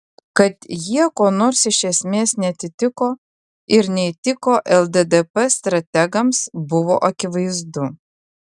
kad jie kuo nors iš esmės neatitiko ir neįtiko lddp strategams buvo akivaizdu